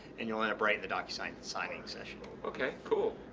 and you'll end up right in the docusign signing session. okay, cool.